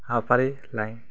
हाबाफारि लायो